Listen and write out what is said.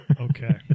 Okay